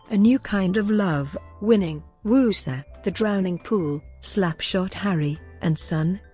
a new kind of love, winning, wusa, the drowning pool, slap shot harry and son,